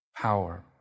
power